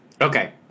Okay